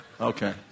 Okay